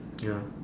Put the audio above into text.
ya